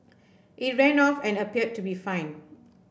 it ran off and appeared to be fine